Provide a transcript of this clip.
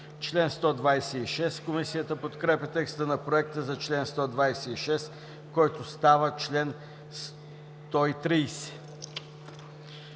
чл. 130. Комисията подкрепя текста на Проекта за чл. 127, който става чл. 131.